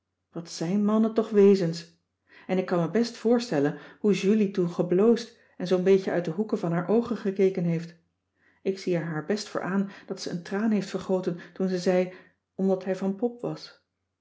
wat zijn mannen toch wezens en ik kan me best voorstellen hoe julie toen gebloosd en zoo'n beetje uit de hoeken van haar oogen gekeken heeft ik zie er haar best voor aan dat ze een traan heeft vergoten toen ze zei omdat hij van pop was